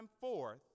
forth